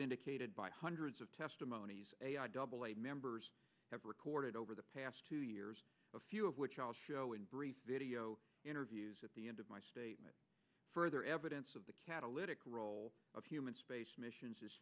indicated by hundreds of testimonies members have recorded over the past two years a few of which i'll show in brief video interviews at the end of my statement further evidence of the catalytic role of human space missions is